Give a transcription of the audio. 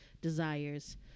desires